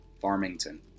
Farmington